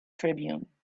tribune